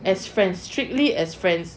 as friend strictly as friends